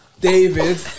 David